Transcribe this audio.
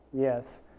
Yes